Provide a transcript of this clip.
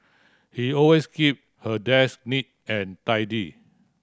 he always keep her desk neat and tidy